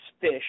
fish